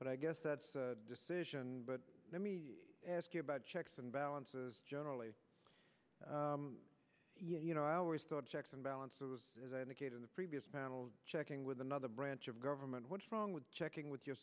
but i guess that's a decision but let me ask you about checks and balances generally you know i always thought checks and balances as i indicated the previous panel checking with another branch of government what's wrong with checking with your